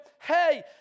hey